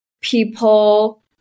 people